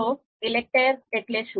તો ELECTRE એટલે શું